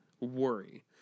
worry